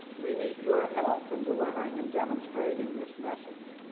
we need your help in delivering and demonstrating this message.